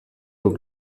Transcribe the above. aux